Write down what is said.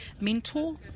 mentor